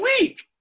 week